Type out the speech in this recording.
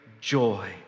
joy